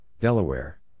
Delaware